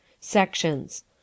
Sections